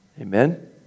Amen